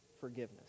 forgiveness